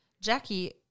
Jackie